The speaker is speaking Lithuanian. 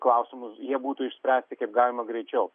klausimus jie būtų išspręsti kaip galima greičiau